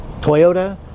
Toyota